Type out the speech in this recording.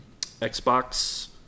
Xbox